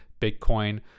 Bitcoin